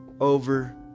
over